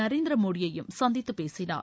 நரேந்திர மோடியையும் சந்தித்துப் பேசினார்